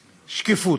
שקיפות,